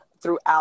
throughout